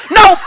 no